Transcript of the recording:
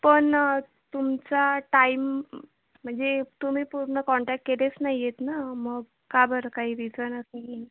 पण तुमचा टाईम म्हणजे तुम्ही पूर्ण कॉन्टॅक केलेच नाही आहे ना मग का बरं काही रिजन असेल ना